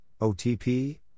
OTP